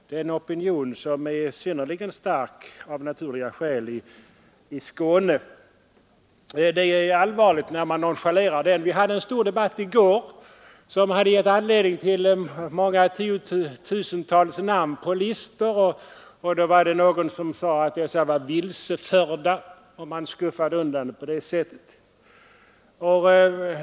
Den opinionen är av naturliga skäl särskilt stark i Skåne. Det är allvarligt när man nonchalerar de många människornas meningar. Vi hade en stor debatt i går i ett ärende som hade givit anledning till många tiotusentals namn på listor. Någon sade då att det rörde sig om ”vilseförda”. Man skuffade undan dem på det sättet.